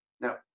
Now